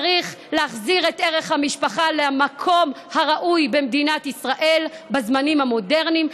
צריך להחזיר את ערך המשפחה למקום הראוי במדינת ישראל בזמנים המודרניים,